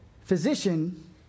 physician